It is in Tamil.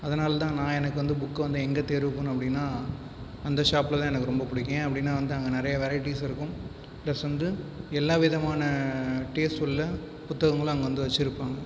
அதனால தான் நான் எனக்கு வந்து புக்கு வந்து எங்கே தேர்வு பண்ணுவேன் அப்படினா அந்த ஷாப்புல தான் எனக்கு ரொம்ப புடிக்கும் ஏன் அப்படினா வந்து அங்க நெறையா வெரைட்டிஸ் இருக்கும் ப்ளஸ் வந்து எல்லாவிதமான டேஸ்ட்டுள்ள புத்தகங்களும் அங்கே வந்து வச்சுருப்பாங்க